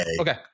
okay